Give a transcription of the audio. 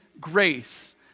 grace